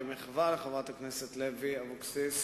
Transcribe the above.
כמחווה לחברת הכנסת לוי אבקסיס,